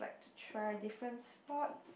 try different sports